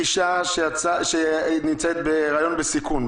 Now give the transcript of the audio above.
אישה בחודש שלישי נמצאת בהיריון בסיכון,